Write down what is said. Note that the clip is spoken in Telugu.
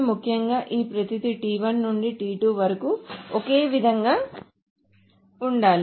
ముఖ్యంగా ఈ ప్రతిదీ t1 నుండి t2 వరకు ఒకే విధంగా ఉండాలి